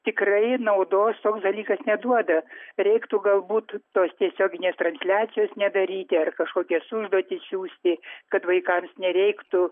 tikrai naudos toks dalykas neduoda reiktų galbūt tos tiesioginės transliacijos nedaryti ir kažkokias užduotis siųsti kad vaikams nereiktų